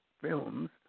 films